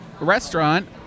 restaurant